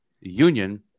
Union